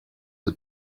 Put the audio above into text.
had